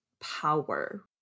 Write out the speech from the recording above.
power